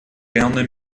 gerne